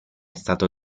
stato